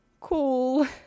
Cool